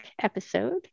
episode